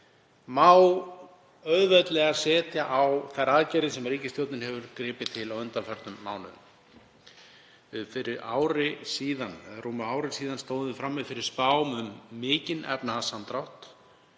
má auðveldlega setja á þær aðgerðir sem ríkisstjórnin hefur gripið til á undanförnum mánuðum. Fyrir rúmu ári stóðum við frammi fyrir spám um mikinn efnahagssamdrátt,